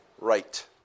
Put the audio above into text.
Right